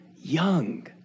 young